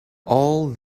all